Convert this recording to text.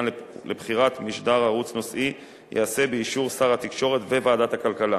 לבחירת משדר ערוץ נושאי ייעשה באישור שר התקשורת וועדת הכלכלה,